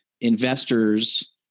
investors